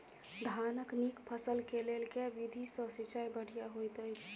धानक नीक फसल केँ लेल केँ विधि सँ सिंचाई बढ़िया होइत अछि?